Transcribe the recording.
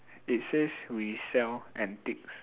it says we sell antiques